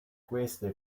queste